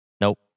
Nope